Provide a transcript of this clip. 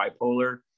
bipolar